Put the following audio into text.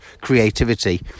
creativity